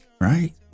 right